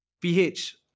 PH